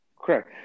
Correct